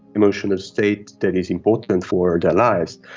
emotional state that is important for their lives,